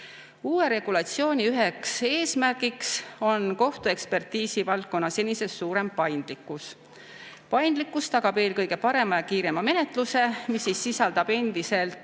Uue regulatsiooni üks eesmärk on kohtuekspertiisi valdkonna senisest suurem paindlikkus. Paindlikkus tagab eelkõige parema ja kiirema menetluse, mis sisaldab endiselt